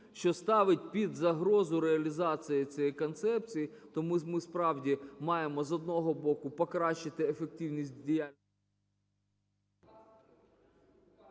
що ставить під загрозу реалізацію цієї концепції. Тому ми, справді, маємо, з одного боку, покращити ефективність… ГОЛОВУЮЧИЙ.